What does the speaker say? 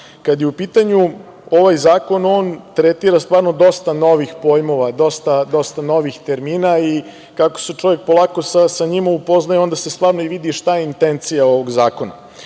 Kad je u pitanju ovaj zakon, on tretira stvarno dosta novih pojmova, dosta novih termina i kako se čovek polako sa njima upoznaje, onda se stvarno i vidi šta je intencija ovog zakona. Ono